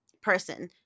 person